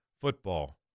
Football